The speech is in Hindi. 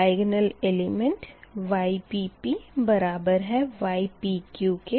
द्य्ग्न्ल एलिमेंट Ypp बराबर है ypq के